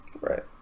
right